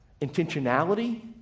intentionality